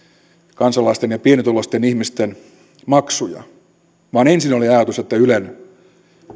kansalaisten ja pienituloisten ihmisten maksuja vaan ensin oli ajatus että ylen